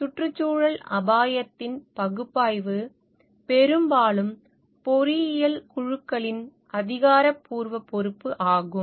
சுற்றுச்சூழல் அபாயத்தின் பகுப்பாய்வு பெரும்பாலும் பொறியியல் குழுக்களின் அதிகாரப்பூர்வ பொறுப்பாகும்